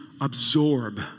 absorb